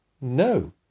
no